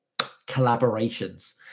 collaborations